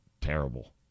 terrible